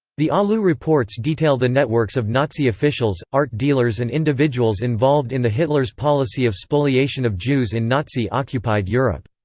the aliu reports detail the networks of nazi officials, art dealers and individuals involved in the hitler's policy of spoliation of jews in nazi-occupied europe.